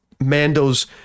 Mando's